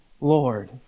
Lord